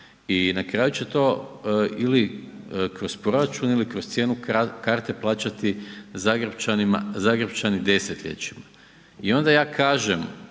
i na kraju će to ili kroz proračun ili kroz cijenu karte plaćati Zagrepčani desetljećima. I onda ja kažem